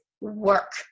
work